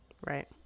Right